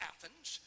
Athens